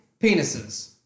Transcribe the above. penises